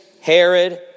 herod